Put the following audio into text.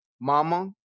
mama